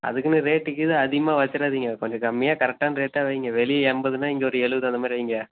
அதுக்குன்னு ரேட்டு கீட்டு அதிகமாக வச்சுடாதீங்க கொஞ்சம் கம்மியாக கரெக்டான ரேட்டாக வைங்க வெளிய எண்பதுனா இங்கே ஒரு எழுவது அந்த மாதிரி வைங்க